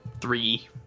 Three